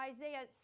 Isaiah